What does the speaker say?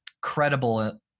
credible